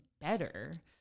better